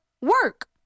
Work